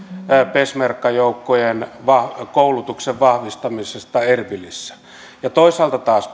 peshmerga joukkojen koulutuksen vahvistamisesta erbilissä toisaalta taas